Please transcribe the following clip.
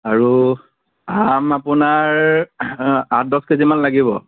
আৰু আম আপোনাৰ আঠ দহ কেজিমান লাগিব